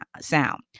sound